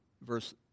verse